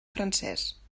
francès